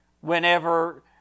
whenever